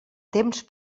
temps